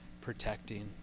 protecting